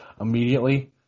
immediately